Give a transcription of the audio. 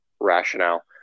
rationale